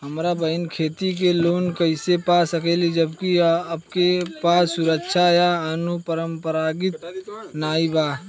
हमार बहिन खेती के लोन कईसे पा सकेली जबकि उनके पास सुरक्षा या अनुपरसांगिक नाई बा?